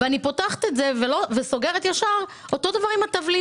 אני פותחת את זה וסוגרת ישר אותו דבר היה עם התבלינים,